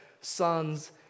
sons